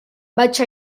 vaig